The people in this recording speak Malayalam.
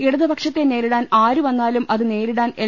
ഇടതുപക്ഷത്തെ നേരിടാൻ ആരു വന്നാലും അത് നേരിടാൻ എൽ